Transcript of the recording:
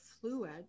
fluid